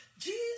Jesus